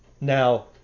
Now